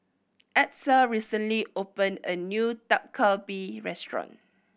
Edsel recently opened a new Dak Galbi Restaurant